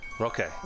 Okay